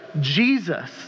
Jesus